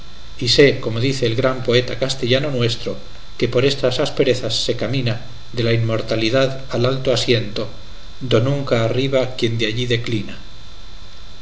y sé como dice el gran poeta castellano nuestro que por estas asperezas se camina de la inmortalidad al alto asiento do nunca arriba quien de allí declina